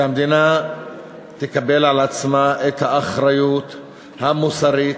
שהמדינה תקבל על עצמה את האחריות המוסרית,